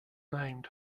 named